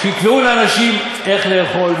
שיקבעו לאנשים איך לאכול,